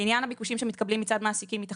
לעניין הביקושים שמתקבלים מצד מעסיקים: אני בטוחה